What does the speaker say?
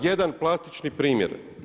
Jedan plastični primjer.